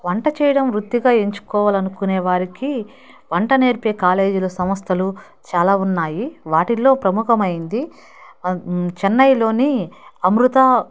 వంట చేయడం వృత్తిగా ఎంచుకోవాలనుకునే వారికి వంట నేర్పే కాలేజీలు సంస్థలు చాలా ఉన్నాయి వాటిల్లో ప్రముఖమైంది చెనైలోని అమృత